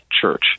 Church